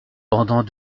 pendant